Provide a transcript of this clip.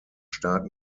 stark